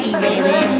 baby